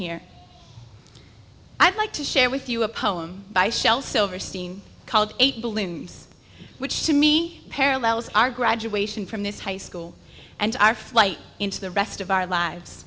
here i'd like to share with you a poem by shel silverstein called eight balloons which to me parallels our graduation from this high school and our flight into the rest of our lives